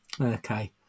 Okay